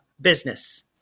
business